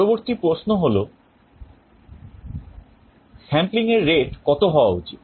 পরবর্তী প্রশ্ন হল sampling এর rate কত হওয়া উচিত